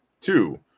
Two